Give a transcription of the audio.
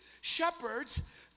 shepherds